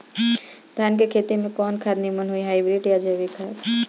धान के खेती में कवन खाद नीमन होई हाइब्रिड या जैविक खाद?